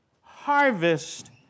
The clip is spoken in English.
harvest